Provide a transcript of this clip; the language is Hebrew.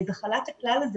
אז החלת הכלל הזה,